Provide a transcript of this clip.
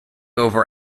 over